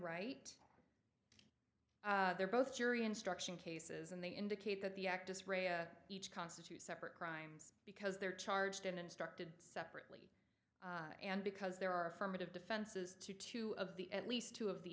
right there both jury instruction cases and they indicate that the actus re a each constitutes separate crimes because they're charged in instructed separately and because there are formative defenses to two of the at least two of the